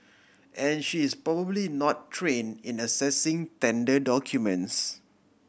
and she is probably not train in assessing tender documents